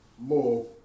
more